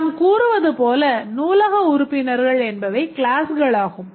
நாம் கூறுவதுபோல நூலக உறுப்பினர்கள் என்பவை க்ளாஸ்களாகும்